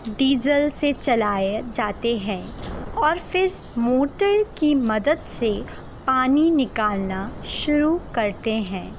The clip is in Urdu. ڈیژل سے چلائے جاتے ہیں اور پھر موٹر کی مدد سے پانی نکالنا شروع کرتے ہیں